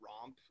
Romp